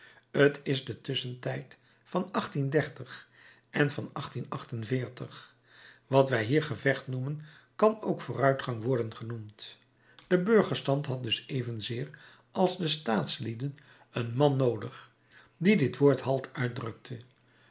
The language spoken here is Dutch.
t is de tusschentijd van en van wat wij hier gevecht noemen kan ook vooruitgang worden genoemd de burgerstand had dus evenzeer als de staatslieden een man noodig die dit woord halt uitdrukte